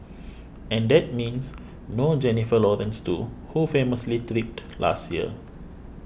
and that means no Jennifer Lawrence too who famously tripped last year